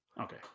Okay